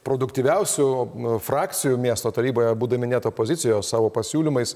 produktyviausių frakcijų miesto taryboje būdami net opozicijos savo pasiūlymais